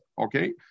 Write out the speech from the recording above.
Okay